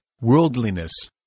worldliness